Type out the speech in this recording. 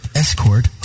escort